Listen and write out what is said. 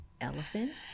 elephants